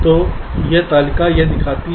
तो यह तालिका यह दिखाती है